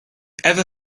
ever